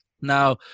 Now